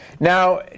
Now